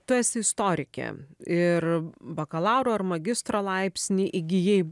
tu esi istorikė ir bakalauro ir magistro laipsnį įgijai